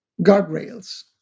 guardrails